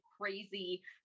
crazy